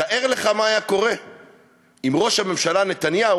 תאר לך מה היה קורה אם ראש הממשלה נתניהו